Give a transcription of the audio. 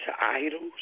idols